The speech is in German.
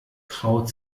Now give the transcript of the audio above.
traut